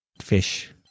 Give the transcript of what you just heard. fish